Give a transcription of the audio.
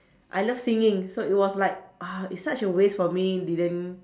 I love singing so it was like ah it's such a waste for me didn't